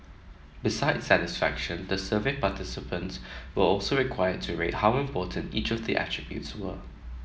besides satisfaction the survey participants were also required to rate how important each of the attributes were